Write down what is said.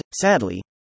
sadly